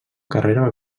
carrera